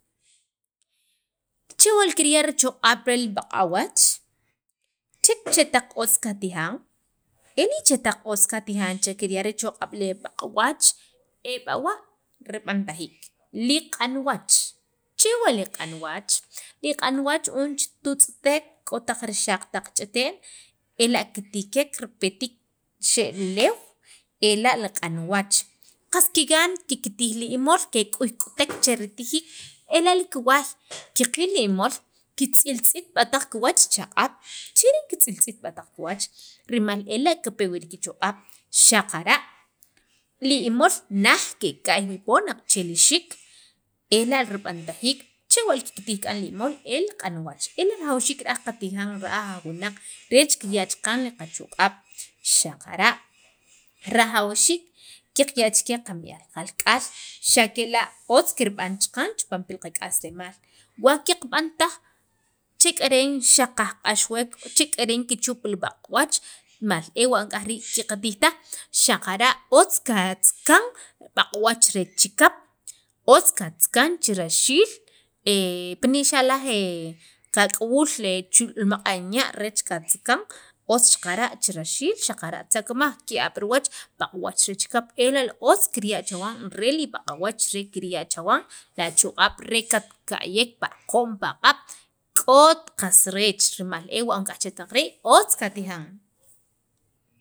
chewa' li kirya' richoq'ab' re li b'aq'awach chech chetaq otz katijan e li chitaq che otz katijan che kirya' richoq'ab' re b'aq'awach ab'awa' rib'antajiik li q'anwach, chewa' li q'anwach, li q'anwach un jun tutz'tek k'o taq rixaq taq ch'ite'n ela' kitikek ripetiik chixe' li uleew ela' li q'an wach qas kigan kiktiij li imol qas kik'uk'utek che ritijiik ela' kiway kikil li imol kitz'iltz'it kiwach chaq'ab' cheren kitz'iltz'it b'aq' kiwach rimal ela' kipe wii' kichoq'ab' xaqara' li imol naj keka'y wii' poon aqache' li xiik ela' rib'antajiik chewa' kiktij k'an li imol el q'anwach ela' rajawxiik qatijan ra'aj aj wunaq reech re kirya' qachoq'a'b xaqara' rajawxiik qaqya' che qami'aal qalk'aal xa' kela' otz kirb'an chaqan pil qak'aslemaalwa qaqb'an taj chik'eren xaq kajq'axwek, chek'eren kichup li b'aq'wach mal ewa' aj rii' che qatij taj xaqara' otz katzakan b'aq'wach re chikap, otz katzakan pi raxilaal pina' xa' laj kak'awuul chu' li maq'anya' reech katzakan otz xaqara' che raxiil xaqara' tzakmaj li b'aq'wach re chikap ela' li otz kirya' chawan rel b'aq'awach re kirya' chawan achoq'ab' re katka'yek paqo'm paq'ab' k'ot qas reech ewa' nik'yaj chetaq rii' otz katijan.